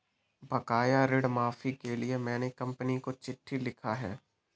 बकाया ऋण माफी के लिए मैने कंपनी को चिट्ठी लिखा है